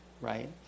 right